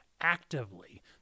actively